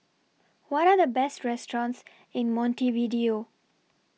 What Are The Best restaurants in Montevideo